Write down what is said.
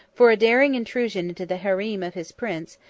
for a daring intrusion into the harem of his prince.